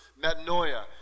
metanoia